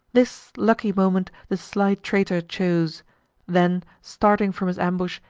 this lucky moment the sly traitor chose then, starting from his ambush,